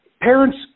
parents